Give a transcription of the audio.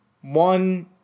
one